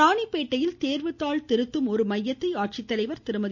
ராணிப்பேட்டையில் தேர்வுதாள் திருத்தும் ஒரு மையத்தை ஆட்சித்தலைவர் திருமதி